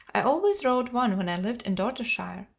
i always rode one when i lived in dorsetshire.